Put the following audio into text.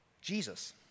Jesus